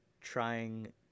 trying